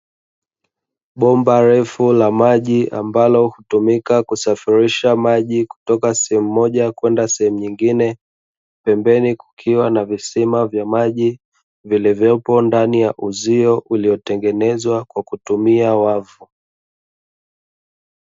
Bomba refu la maji ambalo hutumika kusafirisha maji kutoka sehemu moja kwenda sehemu nyingine, pembeni kukiwa na visima vya maji vilivyopo ndani ya uzio uliotengenezwa kwa kutumia wavu.